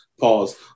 Pause